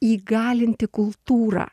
įgalinti kultūrą